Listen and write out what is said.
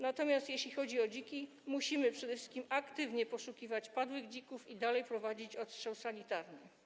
Natomiast jeśli chodzi o dziki, musimy przede wszystkim aktywnie poszukiwać padłych dzików i dalej prowadzić odstrzał sanitarny.